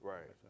Right